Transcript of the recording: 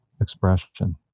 expression